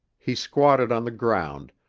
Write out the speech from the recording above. he squatted on the ground,